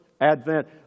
advent